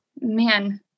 man